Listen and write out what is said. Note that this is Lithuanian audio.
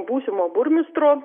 būsimo burmistro